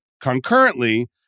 concurrently